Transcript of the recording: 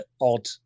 odd